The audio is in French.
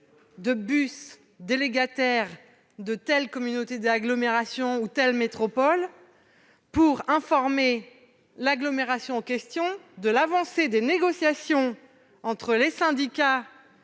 de bus délégataire d'une communauté d'agglomération, par exemple, fera-t-elle pour informer l'agglomération en question de l'avancée des négociations entre les syndicats